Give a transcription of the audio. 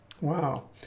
Wow